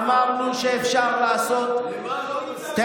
אמרנו שאפשר לעשות, למה אתה מסכים?